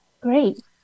Great